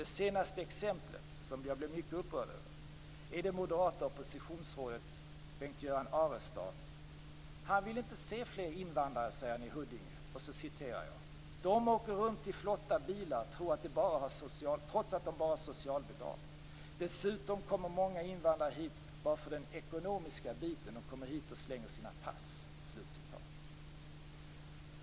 Det senaste exemplet, som jag blev mycket upprörd över, är det moderata oppositionsrådet Bengt Göran Arestav. Han vill inte se fler invandrare i Huddinge, säger han: "De åker runt i flotta bilar trots att de bara har socialbidrag - Dessutom kommer många invandrare hit bara för den ekonomiska biten. De kommer hit och slänger sina pass".